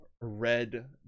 red